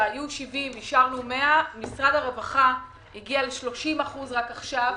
שהיו 70. משרד הרווחה הגיע ל-30 אחוזים רק עכשיו